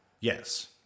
Yes